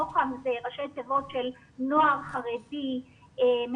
נוח"ם זה ראשי תיבות של נוער חרדי מנותק.